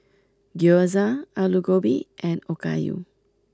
Gyoza Alu Gobi and Okayu